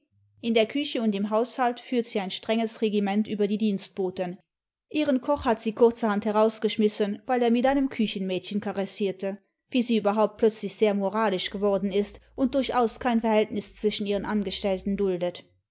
in der küche und im haushalt führt sie ein strenges regiment über die dienstboten ihren koch hat sie kurzerhand herausgeschmissen weil er nüt einem küchenmädchen karessierte wie sie überhaupt plötzlich sehr moralisch geworden ist und durchaus kein verhältnis zwischen ihren angestellten duldet